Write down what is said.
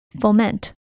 Foment